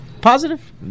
Positive